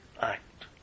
act